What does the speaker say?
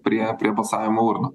prie prie balsavimo urnų